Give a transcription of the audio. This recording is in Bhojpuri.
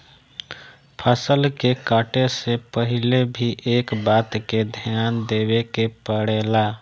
फसल के काटे से पहिले भी एह बात के ध्यान देवे के पड़ेला